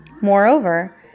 Moreover